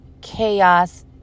chaos